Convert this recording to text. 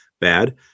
bad